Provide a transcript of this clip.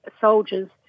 soldiers